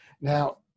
Now